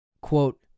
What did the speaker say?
Quote